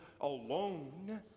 alone